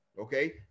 okay